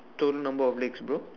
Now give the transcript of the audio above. total number of legs bro